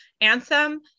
anthem